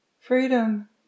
Freedom